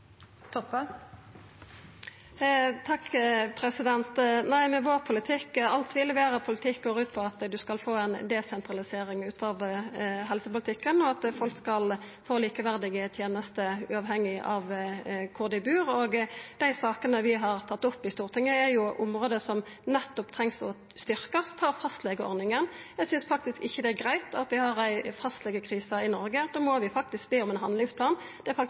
Toppe. Med så mange nye planer, så mange nye strategier, så mange nye statlige ting som diverse direktorater skal gjennomføre, vil en få mer eller mindre sentralisering av helsepolitikken? Alt vi leverer av politikk, går ut på at ein skal få ei desentralisering ut av helsepolitikken, og at folk skal få likeverdige tenester uavhengig av kvar dei bur. Dei sakene vi har tatt opp i Stortinget, er på område som nettopp trengst å styrkjast. Ta fastlegeordninga: Eg synest ikkje det er greitt at vi har ei fastlegekrise i Noreg.